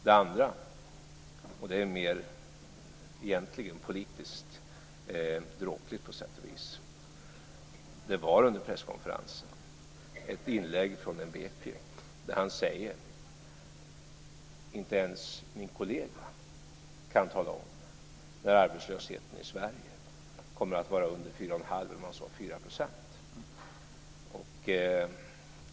Det andra, och det är egentligen mer politiskt dråpligt på sätt och vis: Det var under presskonferensen ett inlägg från Mbeki där han sade: Inte ens min kollega kan tala om när arbetslösheten i Sverige kommer att vara under 4 %.